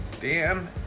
Dan